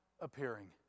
appearing